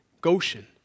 Goshen